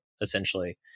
essentially